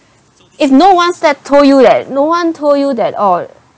if no ones that told you that no one told you that all